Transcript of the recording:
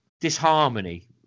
disharmony